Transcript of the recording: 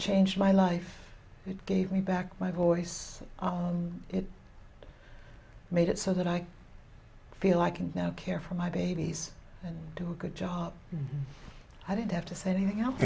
changed my life it gave me back my voice made it so that i feel i can now care for my babies and do a good job i didn't have to say anything else